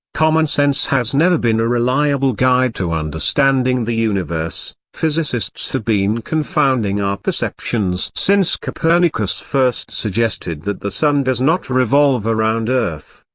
common sense has never been a reliable guide to understanding the universe physicists have been confounding our perceptions since copernicus first suggested that the sun does not revolve around earth.